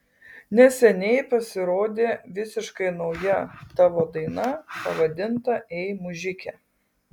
neseniai pasirodė visiškai nauja tavo daina pavadinta ei mužike